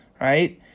right